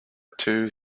two